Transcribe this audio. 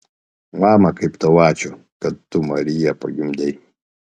mama kaip tau ačiū kad tu mariją pagimdei